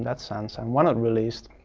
that sense. and when it released,